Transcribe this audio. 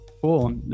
Cool